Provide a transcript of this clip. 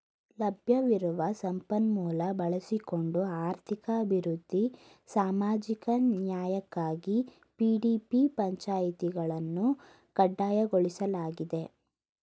ಲಭ್ಯವಿರುವ ಸಂಪನ್ಮೂಲ ಬಳಸಿಕೊಂಡು ಆರ್ಥಿಕ ಅಭಿವೃದ್ಧಿ ಸಾಮಾಜಿಕ ನ್ಯಾಯಕ್ಕಾಗಿ ಪಿ.ಡಿ.ಪಿ ಪಂಚಾಯಿತಿಗಳನ್ನು ಕಡ್ಡಾಯಗೊಳಿಸಲಾಗಿದೆ